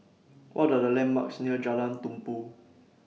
What Are The landmarks near Jalan Tumpu